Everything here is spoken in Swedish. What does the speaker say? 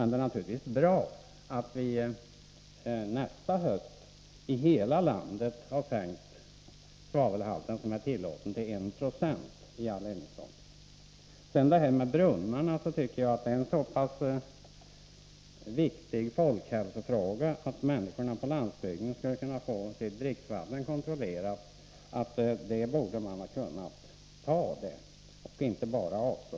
Det är naturligtvis bra att vi nästa höst i hela landet har sänkt den tillåtna svavelhalten i eldningsolja till 192. Brunnarna är en mycket viktig folkhälsofråga. Förslaget att människorna på landsbygden skall kunna få sitt dricksvatten kontrollerat borde ha kunnat tillstyrkas.